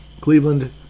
Cleveland